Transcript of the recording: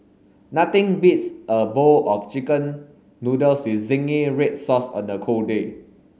nothing beats a bowl of chicken noodles with zingy red sauce on a cold day